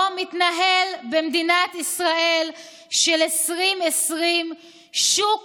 שבו מתנהל במדינת ישראל של 2020 שוק